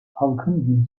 halkın